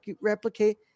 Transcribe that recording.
replicate